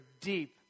deep